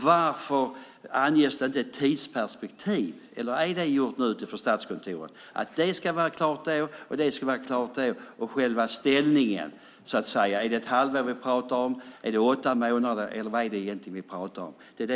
Varför anges det inget tidsperspektiv? Eller är det gjort nu för Statskontoret? Är det sagt att det ska vara klart då och då? Talar vi om ett halvår, åtta månader eller vad?